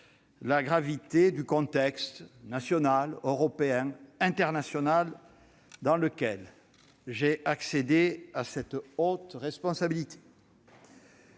la gravité du contexte national, européen et international dans lequel j'ai accédé à cette haute responsabilité.